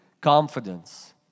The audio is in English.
confidence